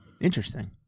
Interesting